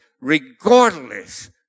regardless